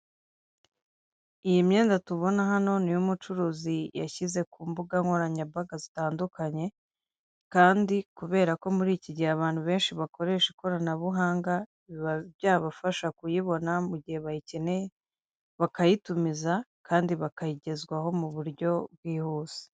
Iyi myenda tubona hano ni iyo umucuruzi yashyize ku mbuga nkoranyambaga zitandukanye, kandi kubera ko muri iki gihe abantu benshi bakoresha ikoranabuhanga biba byabafasha kuyibona mu gihe bayikeneye, bakayitumiza kandi bakayigezwaho mu buryo bwihuse.